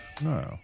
No